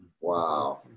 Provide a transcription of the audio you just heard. Wow